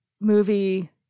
movie